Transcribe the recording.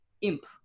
imp